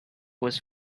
was